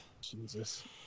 Jesus